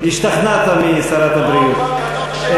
השתכנעת משרת הבריאות?